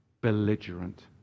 belligerent